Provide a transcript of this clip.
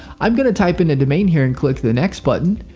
i'm going to type in a domain here and click the next button.